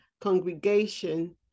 congregation